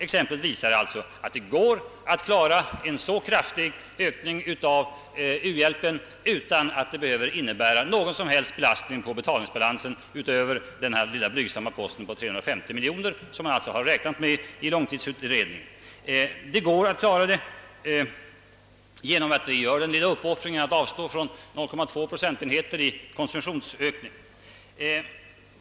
Exemplet visar att det går att klara en så kraftig ökning av u-hjälpen utan att det behöver innebära någon som helst belastning på betalningsbalansen utöver denna blygsamma post på 350 miljoner kronor, som man har räknat med i långtidsutredningen. Det går att klara detta genom att vi gör denna lilla uppoffring att avstå från 0,2 procentenheter i konsumtionsökning.